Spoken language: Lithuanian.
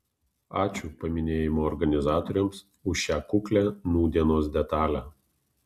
ačiū paminėjimo organizatoriams už šią kuklią nūdienos detalę